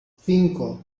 cinco